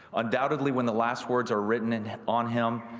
undoubtedly when the last words are written and on him,